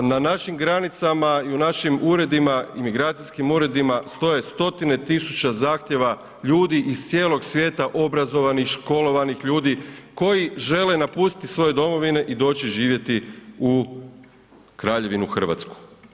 Na našim granicama i u našim uredima, imigracijskim uredima stoje stotine tisuća zahtjeva ljudi iz cijelog svijeta obrazovanih, školovanih ljudi koji žele napustiti svoje domovine i doći živjeti u kraljevinu Hrvatsku.